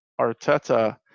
Arteta